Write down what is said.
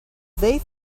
they